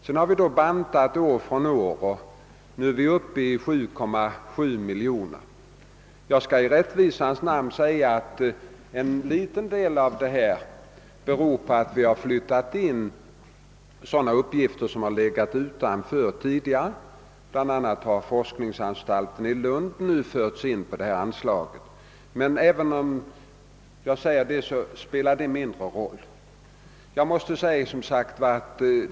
Sedan har vi »bantat» det år från år och nu är vi uppe i 7,7 miljoner kronor. I rättvisans namn skall jag säga att en liten del av denna höjning beror på att vi flyttat in anslag för uppgifter som tidigare legat utanför — bl.a. har anslaget till forskningsanstalten i Lund nu förts samman med detta anslag — men det spelar mindre roll.